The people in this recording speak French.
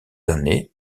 années